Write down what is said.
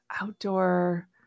outdoor